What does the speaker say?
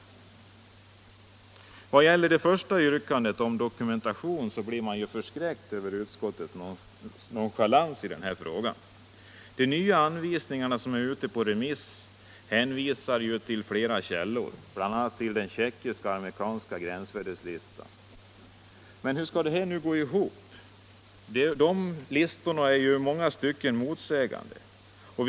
Vad gäller det första yrkandet om dokumentation blir man förskräckt över utskottets nonchalans. De nya anvisningar som är ute på remiss hänvisar till flera källor, bl.a. till den tjeckiska och den amerikanska gränsvärdeslistan. Men hur skall detta gå ihop? De listorna är i många stycken motsägelsefulla.